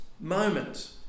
moment